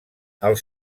els